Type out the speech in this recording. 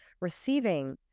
receiving